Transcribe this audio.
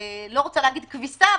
לא רוצה להגיד כביסה,